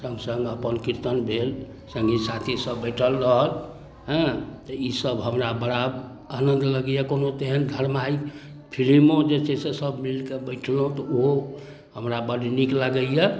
सङ्ग सङ्ग अपन कीर्तन भेल सङ्गी साथी सब बैठल रहल हेँ तऽ ईसब हमरा बड़ा आनन्द लगैए कोनो तेहन धार्मिक फिलिमो जे छै से सब मिलिकऽ बैठलहुँ तऽ ओहो हमरा बड्ड नीक लागैए